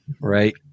Right